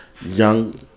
young